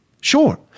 sure